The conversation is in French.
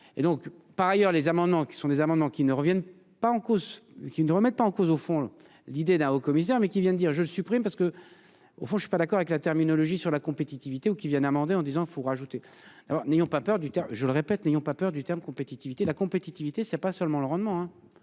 et donc par ailleurs les amendements qui sont des amendements qui ne reviennent pas en cause qui ne remettent pas en cause au fond l'idée d'un commissaire, mais qui vient de dire je supprime parce que au fond je suis pas d'accord avec la terminologie sur la compétitivité au qui viennent amendé en disant il faut rajouter alors n'ayons pas peur du terme, je le répète, n'ayons pas peur du terme compétitivité la compétitivité c'est pas seulement le rendement